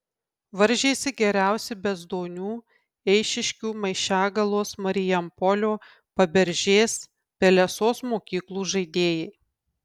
varžėsi geriausi bezdonių eišiškių maišiagalos marijampolio paberžės pelesos mokyklų žaidėjai